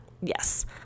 yes